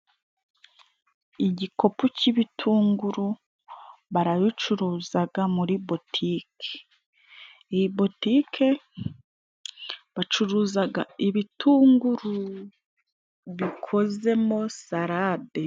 Igikopu k'ibitunguru barabicuruzaga muri botike. Iyi botike bacuruzaga ibitunguru bikozemo salade.